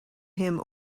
him